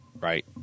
right